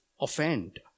offend